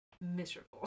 miserable